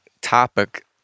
topic